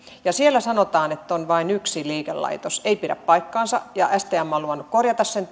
siellä sanotaan että on vain yksi liikelaitos ei pidä paikkaansa ja stm on luvannut korjata sen